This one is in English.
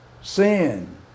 Sin